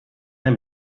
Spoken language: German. ein